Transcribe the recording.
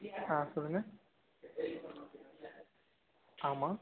ஆ சொல்லுங்கள் ஆமாம்